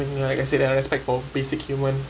like I said that are respect for basic human